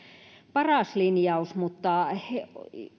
paras linjaus mutta